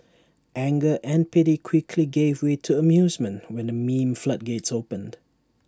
anger and pity quickly gave way to amusement when the meme floodgates opened